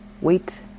wait